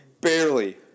Barely